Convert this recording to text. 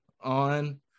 on